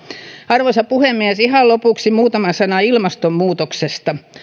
arvoisa puhemies ihan lopuksi muutama sana ilmastonmuutoksesta